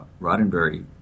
Roddenberry